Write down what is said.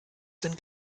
sind